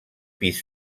pis